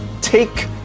take